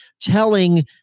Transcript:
telling